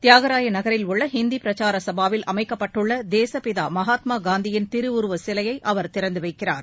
தியாகராய நகரில் உள்ள ஹந்தி பிரச்சார சபாவில் அமைக்கப்பட்டுள்ள தேசபிதா மகாத்மா காந்தியின் திருவுருவ சிலையை அவர் திறந்துவைக்கிறார்